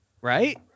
Right